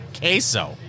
queso